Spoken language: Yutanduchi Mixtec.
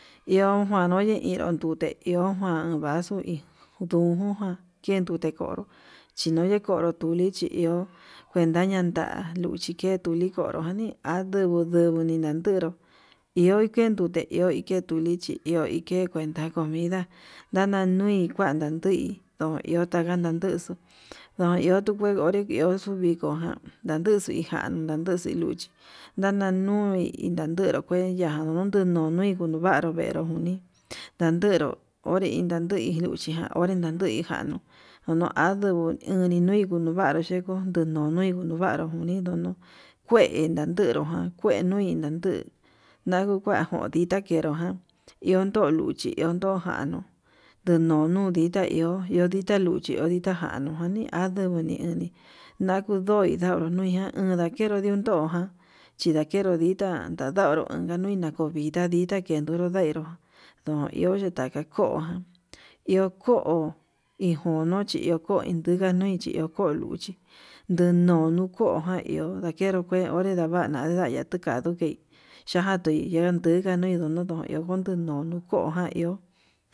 Iho njuanru ndiyudute iho vasu iin ndujujan, yendute konró chiyunre konro tuche chi iho kuenta uyanda luchi keturi, kodo ndi'a ndungu ndugu ndero iho ke dute iho ke tulichi iho ke kuenta comida ndanandui kuan ndan ndui, ndo iho taka nanduxu ndo iho tuu onré kuexu hí ikojan ndanduxu hi janruu ndanduxu luchí ndanan ndui inandunru keu hi ya'a ndunun tudu nui tundun vanro venru nguni, ndadero ho ndinanui luchijan onre ndandui januu unu andui uninui uduvanru xheko ku nunnui undevanru, uni ndunu kue ndanderu jan kue nui nanduu naduu kua ditá nguero jan iho ndon luchi iho ndo, kuano yenunu ditá iho ditá luchi iho ditá januu, kuani adungu nuni nakudoir anunuijan andakenru ndiundo na chindakenro ditá nadoro inakei nakudina dita kendoro ndai no'o iho yeta ka'a koján, iho ko'o ijono chi iho nduganoi chi iho luchi ndenono koijan iho ndakero kue idodo ndava'a navaya tukanduu ndei xhakatei yunduu, ihakanui nunu kojan iho.